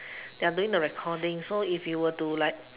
they are doing the recording so if you were to like